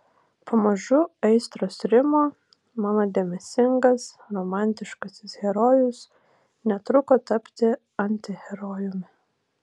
pamažu aistros rimo mano dėmesingas romantiškasis herojus netruko tapti antiherojumi